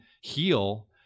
heal